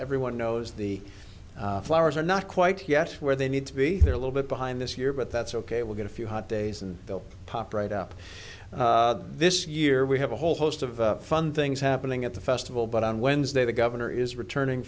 everyone knows the flowers are not quite yet where they need to be they're a little bit behind this year but that's ok we'll get a few hot days and they'll pop right up this year we have a whole host of fun things happening at the festival but on wednesday the governor is returning